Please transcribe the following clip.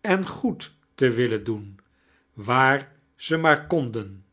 en goed te willen doen waar ze maar konden